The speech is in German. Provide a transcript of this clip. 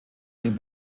den